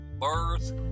birth